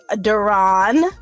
duran